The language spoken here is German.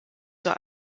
zur